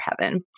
heaven